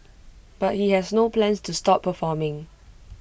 but he has no plans to stop performing